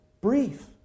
brief